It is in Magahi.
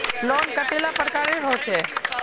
लोन कतेला प्रकारेर होचे?